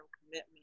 commitment